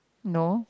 no